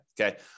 Okay